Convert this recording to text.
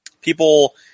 People